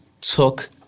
took